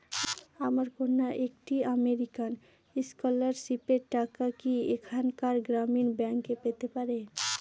আমার কন্যা একটি আমেরিকান স্কলারশিপের টাকা কি এখানকার গ্রামীণ ব্যাংকে পেতে পারে?